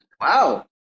wow